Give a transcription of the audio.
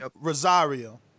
Rosario